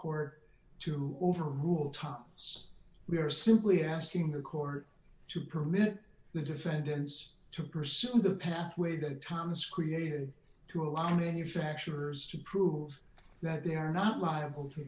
court to overrule tom's we are simply asking the court to permit the defendants to pursue the pathway that thomas created to allow manufacturers to prove that they are not liable to